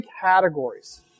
categories